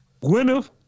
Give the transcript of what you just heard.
Gwyneth